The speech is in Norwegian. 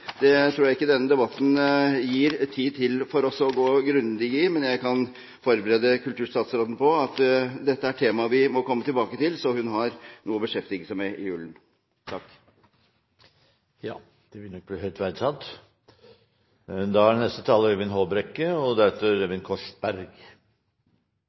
Det tror jeg ikke denne debatten gir oss tid til å gå grundig inn i. Men jeg kan forberede kulturstatsråden på at dette er temaer vi må komme tilbake til, så hun har noe å beskjeftige seg med i julen. Ja, det vil nok bli høyt verdsatt. Mot slutten av debatten vil jeg si at jeg er